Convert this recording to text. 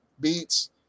beats